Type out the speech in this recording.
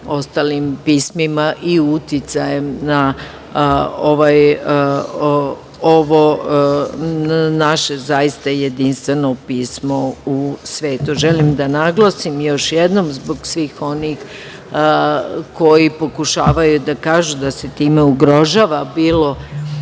ostalim pismima i uticajem na ovo naše zaista jedinstveno pismo u svetu. Želim da naglasim još jednom, zbog svih onih koji pokušavaju da kažu da se time ugrožava bilo